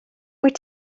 wyt